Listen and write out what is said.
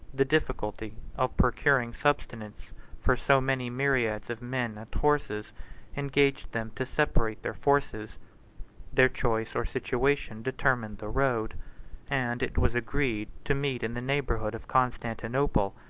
the difficulty of procuring subsistence for so many myriads of men and horses engaged them to separate their forces their choice or situation determined the road and it was agreed to meet in the neighborhood of constantinople,